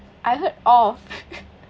I heard off